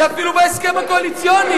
זה אפילו בהסכם הקואליציוני,